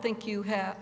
think you have